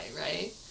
Right